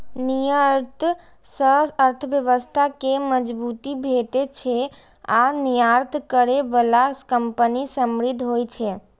निर्यात सं अर्थव्यवस्था कें मजबूती भेटै छै आ निर्यात करै बला कंपनी समृद्ध होइ छै